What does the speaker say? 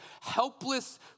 helpless